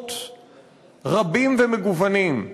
כוחות רבים ומגוונים: